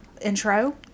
intro